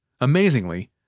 Amazingly